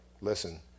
listen